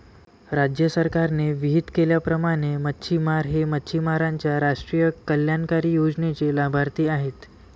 राज्य सरकारने विहित केल्याप्रमाणे मच्छिमार हे मच्छिमारांच्या राष्ट्रीय कल्याणकारी योजनेचे लाभार्थी आहेत